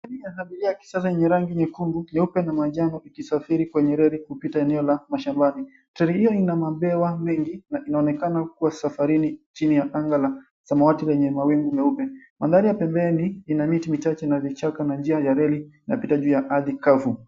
Train ya abiria ya kisasa, yenye rangi ya nyekundu, nyeupe na manjano, ikisafiri kwenye reli kupita eneo la mashambani. Train hii ina mabewa mengi, na inaonekana kuwa safarini chini ya anga la samati, na mawingu meupe. Mandhari ya pembeni ina miti michache na vichaka, na njia ya reli inapita juu ya ardhi kavu.